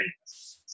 yes